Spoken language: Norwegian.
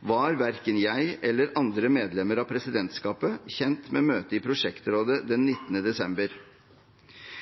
var verken jeg eller andre medlemmer av presidentskapet kjent med møtet i prosjektrådet den 19. desember.